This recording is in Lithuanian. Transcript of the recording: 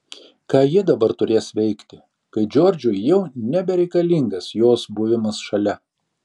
ką ji dabar turės veikti kai džordžui jau nebereikalingas jos buvimas šalia